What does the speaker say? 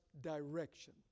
direction